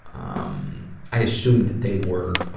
um i assumed that they were, ah,